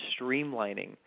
streamlining